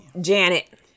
Janet